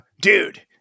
dude